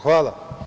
Hvala.